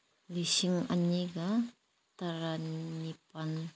ꯂꯤꯁꯤꯡ ꯑꯅꯤꯒ ꯇꯔꯥ ꯅꯤꯄꯥꯜ